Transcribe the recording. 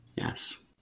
Yes